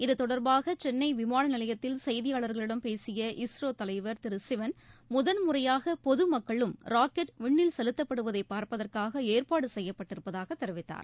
இத்தொடர்பாக சென்னை விமான நிலையத்தில் செய்தியாளர்களிடம் பேசிய இஸ்ரோ தலைவர் திரு சிவன் முதன்முறையாக பொதுமக்களும் ராக்கெட் விண்ணில் செலுத்தப்படுவதை பார்ப்பதற்காக ஏற்பாடு செய்யப்பட்டிருப்பதாக தெரிவித்தார்